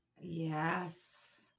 Yes